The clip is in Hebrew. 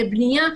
לבנייה.